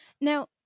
Now